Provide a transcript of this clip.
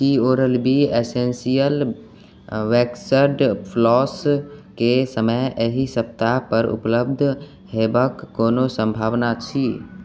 की oral B essential waxed फ्लॉसकेँ समय एहि सप्ताह पर उपलब्ध होयबाक कोनो संभावना छी